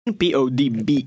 p-o-d-b